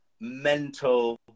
mental